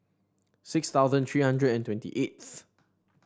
six thousand three hundred and twenty eighth